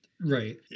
right